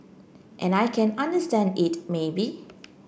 and I can understand it maybe